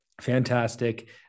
fantastic